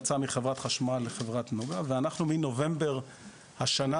יצא מחברת חשמל לחברת נגה ומנובמבר השנה,